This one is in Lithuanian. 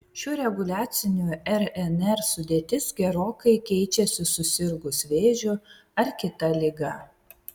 šių reguliacinių rnr sudėtis gerokai keičiasi susirgus vėžiu ar kita liga